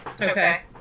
Okay